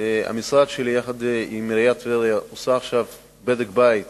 המשרד שלי ועיריית טבריה עושים עכשיו בדק בית